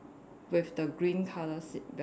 with the green colour seat belt